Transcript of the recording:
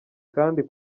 kandi